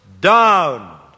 down